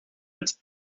its